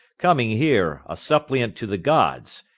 coming here, a suppliant to the gods,